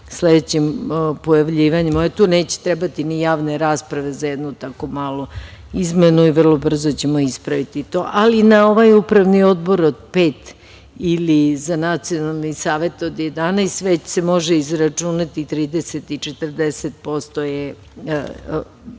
sledeće moje pojavljivanje, tu neće trebati ni javne rasprave za jednu tako malu izmenu i vrlo brzo ćemo ispraviti to, ali na ovaj upravni odbor od pet ili za nacionalni savet od 11, već se može izračunati 30 i 40%, što